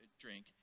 drink